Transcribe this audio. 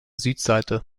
südseite